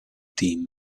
team